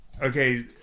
Okay